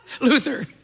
Luther